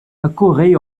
accourait